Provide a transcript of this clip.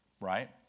Right